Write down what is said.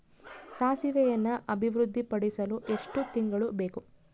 ಸಾಸಿವೆಯನ್ನು ಅಭಿವೃದ್ಧಿಪಡಿಸಲು ಎಷ್ಟು ತಿಂಗಳು ಬೇಕು?